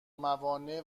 موانع